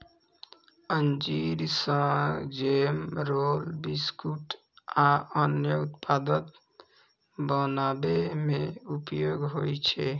अंजीर सं jam, roll, biscuit आ अन्य उत्पाद बनाबै मे उपयोग होइ छै